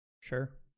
sure